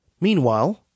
Meanwhile